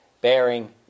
bearing